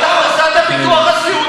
יש פטור ממס.